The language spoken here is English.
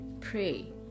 Pray